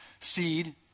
Seed